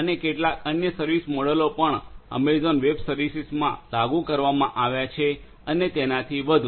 અને કેટલાક અન્ય સર્વિસ મોડેલો પણ એમેઝોન વેબ સર્વિસીસમાં લાગુ કરવામાં આવ્યાં છે અને તેનાથી વધુ